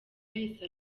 yahise